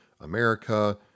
America